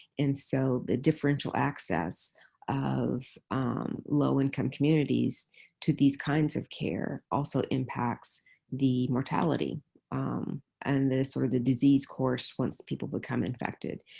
and so the differential access of low-income communities to these kinds of care also impacts the mortality um and sort of the disease course once people become infected.